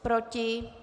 Proti?